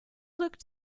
looked